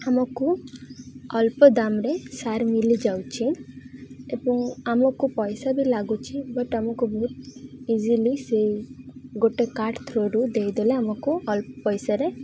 ଆମକୁ ଅଳ୍ପ ଦାମ୍ରେ ସାର ମିଳିଯାଉଛି ଏବଂ ଆମକୁ ପଇସା ବି ଲାଗୁଛିି ବଟ୍ ଆମକୁ ବହୁତ ଇଜିଲି ସେଇ ଗୋଟେ କାର୍ଟ ଥ୍ରୋରୁ ଦେଇଦେଲେ ଆମକୁ ଅଳ୍ପ ପଇସାରେ